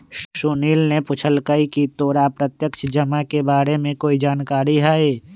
सुनील ने पूछकई की तोरा प्रत्यक्ष जमा के बारे में कोई जानकारी हई